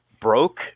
broke